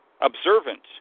observant